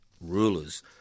rulers